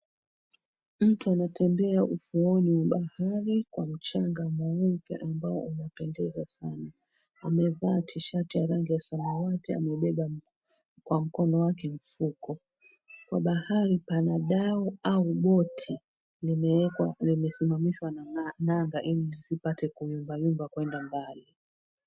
Mtu anatembea ufuoni mwa bahari mweupe ambao unapendeza sana, amevaa tishati ya rangi ya samawati na ameubeba kwa mkono wake mfuko kwa bahari, pana dau au boti imeekewa, imesimamishwa na nanga ili isipate kuyumbayumba kuenda mbali.